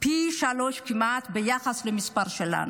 כמעט פי שלושה ביחס למספר שלנו.